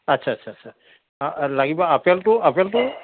আচ্ছা আচ্ছা আচ্ছা লাগিব আপেলটো আপেলটো